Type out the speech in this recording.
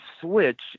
switch